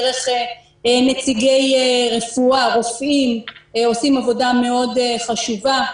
דרך נציגי רפואה רופאים עושים עבודה מאוד חשובה,